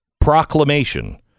proclamation